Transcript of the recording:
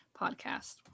podcast